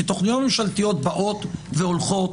כי תוכניות ממשלתיות באות והולכות,